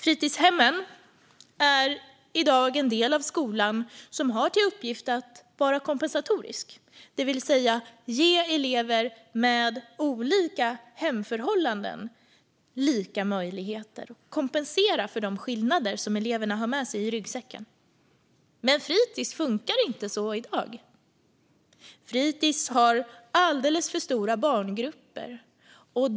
Fritidshemmen är i dag en del av skolan som har som uppgift att vara kompensatorisk. Det handlar om att ge elever med olika hemförhållanden lika möjligheter och kompensera för de skillnader som eleverna har med sig i ryggsäcken. Men fritis fungerar inte så i dag. Fritis har alldeles för stora barngrupper.